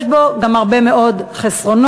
יש בו גם הרבה מאוד חסרונות: